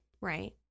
Right